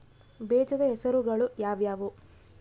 ಬೇಜದ ಹೆಸರುಗಳು ಯಾವ್ಯಾವು?